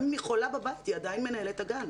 גם אם היא חולה בבית, היא עדיין מנהלת את הגן.